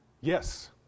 yes